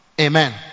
Amen